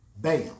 Bam